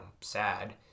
sad